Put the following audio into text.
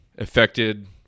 Affected